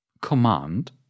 Command